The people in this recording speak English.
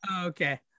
okay